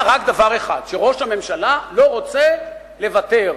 רק דבר אחד: שראש הממשלה לא רוצה לוותר.